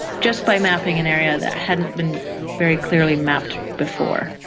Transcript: just by mapping an area that hadn't been very clearly mapped before.